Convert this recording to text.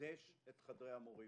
לחדש את חדרי המורים.